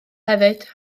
hefyd